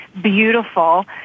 beautiful